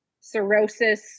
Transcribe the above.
Cirrhosis